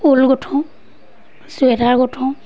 ঊল গুঠোঁ চুৱেটাৰ গুঠোঁ